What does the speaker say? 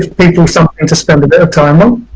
people something to spend a bit of time on.